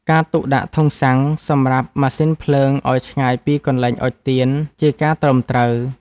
ការទុកដាក់ធុងសាំងសម្រាប់ម៉ាស៊ីនភ្លើងឱ្យឆ្ងាយពីកន្លែងអុជទៀន ជាការត្រឹមត្រូវ។